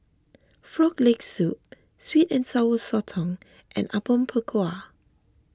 Frog Leg Soup Sweet and Sour Sotong and Apom Berkuah